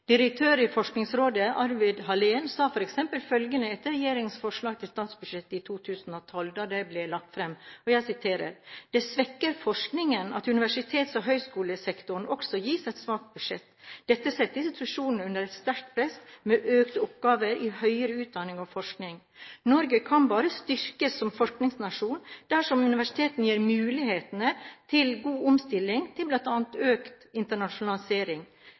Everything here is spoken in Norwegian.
Direktør i Forskningsrådet, Arvid Hallén, sa f.eks. følgende etter at regjeringens forslag til statsbudsjett for 2012 hadde blitt lagt fram: «Det svekker forskningen at universitets- og høyskolesektoren også gis et svakt budsjett. Dette setter institusjonene under et sterkt press med økte oppgaver i høyere utdanning og forskning. Norge kan bare styrkes som forskningsnasjon dersom universitetene gis muligheter til en god omstilling til blant annet økt internasjonalisering.